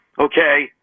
Okay